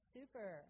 Super